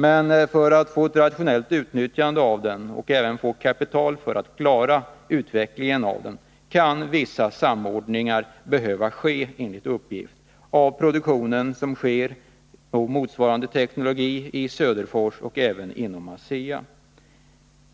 Men för att få ett rationellt utnyttjande av den — och för att få kapital att klara utvecklingen — kan enligt uppgift viss samordning behövas med den produktion som med motsvarande teknologi förekommer i Söderfors och inom ASEA.